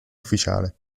ufficiale